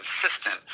consistent